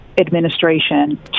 administration